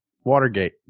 Watergate